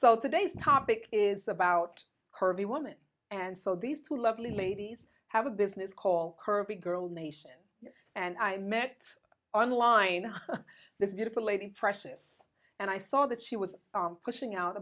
so today's topic is about curvy women and so these two lovely ladies have a business call her big girl nation and i met online this beautiful lady precious and i saw that she was pushing out a